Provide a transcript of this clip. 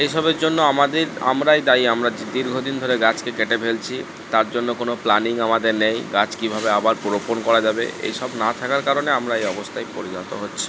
এসবের জন্য আমাদের আমরাই দায়ী আমরা যে দীর্ঘদিন ধরে গাছকে কেটে ফেলছি তার জন্য কোনো প্ল্যানিং আমাদের নেই গাছ কীভাবে আবার পুরো রোপণ করা যাবে এই সব না থাকার কারণে আমরা এই অবস্থায় পরিণত হচ্ছি